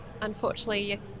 unfortunately